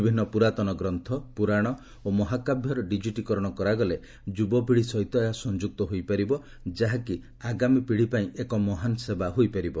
ବିଭିନ୍ନ ପୁରାତନ ଗ୍ରଚ୍ଚ ପୁରାଣ ଓ ମହାକାବ୍ୟର ଡିଜିଟୀକରଣ କରାଗଲେ ଯୁବପିଢ଼ି ସହିତ ଏହା ସଂଯୁକ୍ତ ହୋଇପାରିବ ଯାହାକି ଆଗାମୀ ପିଢ଼ିପାଇଁ ଏକ ମହାନ୍ ସେବା ହୋଇପାରିବ